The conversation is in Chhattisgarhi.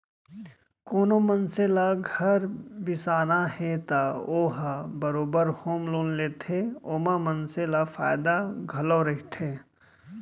कोनो मनसे ल घर बिसाना हे त ओ ह बरोबर होम लोन लेथे ओमा मनसे ल फायदा घलौ रहिथे